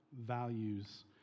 values